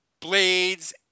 Blades